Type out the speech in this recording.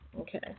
Okay